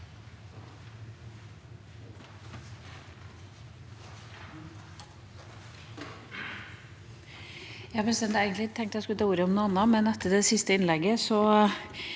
egent- lig jeg skulle ta ordet om noe annet, men etter det siste innlegget